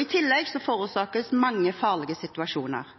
I tillegg forårsaker det mange farlige situasjoner.